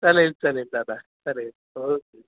चालेल चालेल दादा चालेल ओके